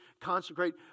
consecrate